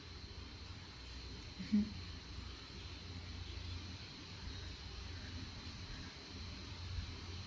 mmhmm